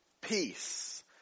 peace